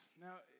Now